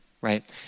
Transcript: right